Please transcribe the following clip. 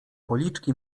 policzki